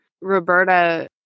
roberta